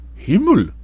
Himmel